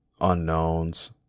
unknowns